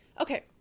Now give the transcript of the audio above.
okay